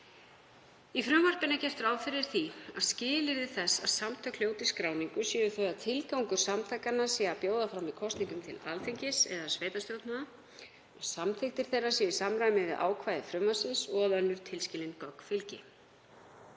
Í frumvarpinu er gert ráð fyrir því að skilyrði þess að samtök hljóti skráningu séu þau að tilgangur samtakanna sé að bjóða fram í kosningum til Alþingis eða sveitarstjórna, að samþykktir þeirra séu í samræmi við ákvæði frumvarpsins og að önnur tilskilin gögn fylgi.